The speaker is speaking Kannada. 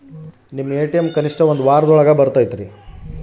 ಸರ್ ನನ್ನ ಎ.ಟಿ.ಎಂ ಯಾವಾಗ ಬರತೈತಿ?